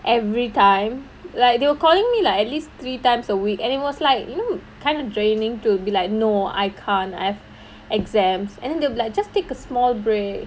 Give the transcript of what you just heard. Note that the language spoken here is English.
every time like they were calling me like at least three times a week and it was like you know kind of draining to be like no I can't I've exams and then they will be like just take a small break